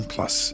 Plus